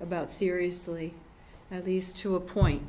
about seriously at least to a point